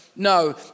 No